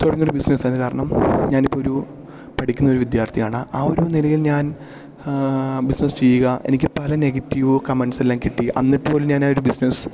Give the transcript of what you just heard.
തുടങ്ങിയ ഒരു ബിസ്നസ്സ് ആയിരുന്നു കാരണം ഞാനിപ്പോൾ ഒരു പഠിക്കുന്ന ഒരു വിദ്യാർത്ഥിയാണ് ആ ഒരു നിലയിൽ ഞാൻ ബിസ്നെസ് ചെയ്യുക എനിക്ക് പല നെഗറ്റീവ് കമൻസ് എല്ലാം കിട്ടി എന്നിട്ടുപോലും ഞാൻ ആ ഒരു ബിസ്നസ്സ്